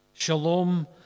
Shalom